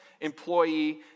employee